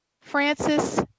Francis